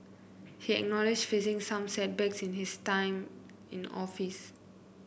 he acknowledged facing some setbacks in his time in office